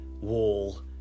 wall